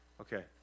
okay